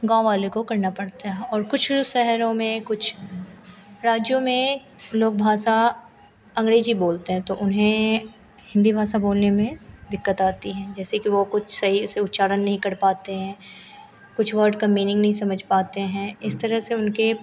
गाँव वालों को करना पड़ता है और कुछ लोग शहरों में कुछ राज्यों में लोग भाषा अँग्रेजी बोलते हैं तो उन्हें हिन्दी भाषा बोलने में दिक्कत आती है जैसे कि वह कुछ सही से उच्चारण नहीं कर पाते हैं कुछ वर्ड की मीनिन्ग नहीं समझ पाते हैं इस तरह से उनको